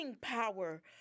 power